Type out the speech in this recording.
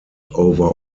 over